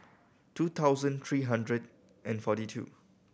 two thousand three hundred and forty two